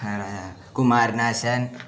വേറെ കുമാരനാശാൻ